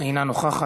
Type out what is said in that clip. אינה נוכחת,